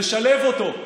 לשלב אותו,